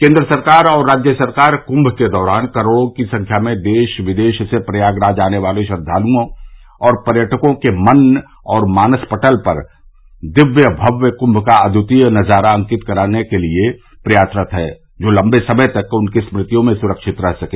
केन्द्र सरकार और राज्य सरकार कुंभ के दौरान करोड़ों की संख्या में देश विदेश से प्रयागराज आने वाले श्रद्वालुओं और पर्यटकों के मन और मानस पटल पर दिव्य भव्य कुंभ का अद्दितीय नज़ारा अंकित कर देने के लिए प्रयासरत है जो लम्बे समय तक उनकी स्मृतियों में सुरक्षित रह सके